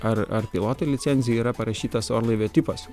ar ar piloto licencijoj yra parašytas orlaivio tipas